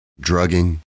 drugging